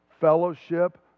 fellowship